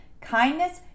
kindness